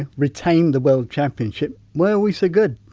ah retain the world championship, why are we so good?